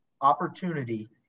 opportunity